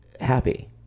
happy